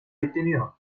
bekleniyor